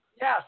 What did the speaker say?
Yes